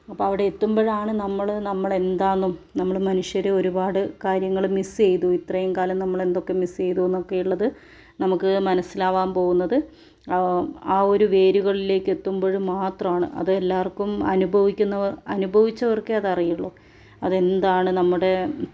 അപ്പം അവിടെ എത്തുമ്പോഴാണ് നമ്മൾ നമ്മളെന്താണെന്നും നമ്മൾ മനുഷ്യർ ഒരുപാട് കാര്യങ്ങൾ മിസ്സ് ചെയ്തു ഇത്രയും കാലം നമ്മൾ എന്തൊക്കെ മിസ്സ് ചെയ്തു എന്നൊക്കെയുള്ളത് നമുക്ക് മനസ്സിലാവാൻ പോവുന്നത് ആ ആ ഒരു വേരുകളിലേയ്ക്ക് എത്തുമ്പോഴ് മാത്രമാണ് അത് എല്ലാവർക്കും അനുഭവിക്കുന്നവർ അനുഭവിച്ചവർക്കേ അതറിയുള്ളു അതെന്താണ് നമ്മുടെ